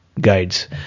guides